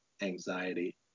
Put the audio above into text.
anxiety